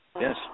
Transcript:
yes